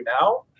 now